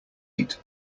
eight